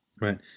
right